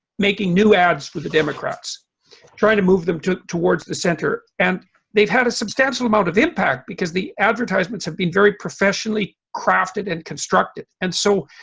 making new ads for the democrats trying to move them towards the center and they've had a substantial amount of impact because the advertisements have been very professionally crafted and constructed and so